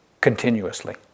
Continuously